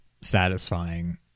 satisfying